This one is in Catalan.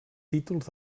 títols